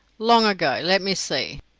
long ago? let me see.